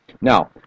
Now